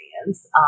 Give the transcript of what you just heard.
experience